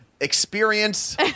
experience